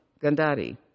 Gandhari